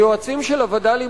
היועצים של הווד"לים,